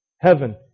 Heaven